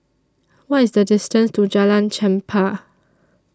What IS The distance to Jalan Chempah